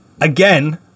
Again